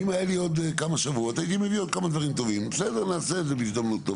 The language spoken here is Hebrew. נעשה את זה בהזדמנות.